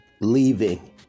leaving